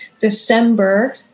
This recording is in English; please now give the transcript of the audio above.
December